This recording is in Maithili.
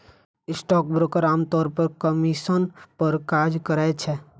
स्टॉकब्रोकर आम तौर पर कमीशन पर काज करै छै